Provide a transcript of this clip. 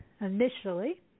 initially